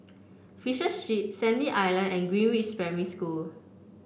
Fisher Street Sandy Island and Greenridge Primary School